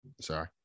sorry